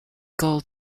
gold